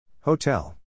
Hotel